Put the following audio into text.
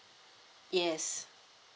yes